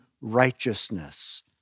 righteousness